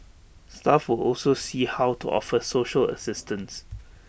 staff will also see how to offer social assistance